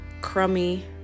crummy